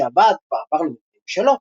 כשהוועד כבר עבר למבנה משלו,